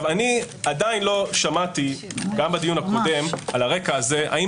אני עדיין לא שמעתי גם בדיון הקודם על הרקע הזה האם